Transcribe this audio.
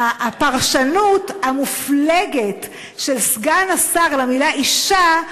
הפרשנות המופלגת של סגן השר למילה "אישה"